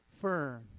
firm